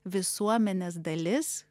visuomenės dalis